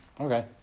okay